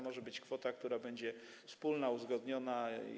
Może być inna kwota, która będzie wspólnie uzgodniona.